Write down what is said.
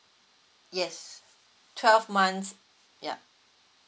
yes twelve months yup